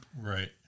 right